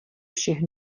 všech